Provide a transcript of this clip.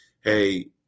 Hey